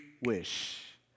wish